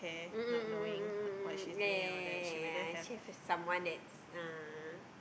mm mm mm mm mm mm yea yea yea yea yea she have a someone that uh